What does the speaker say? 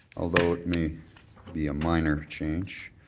although it may be a minor change,